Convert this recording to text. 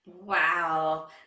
Wow